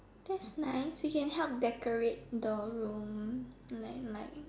that's nice we can help decorate the room like like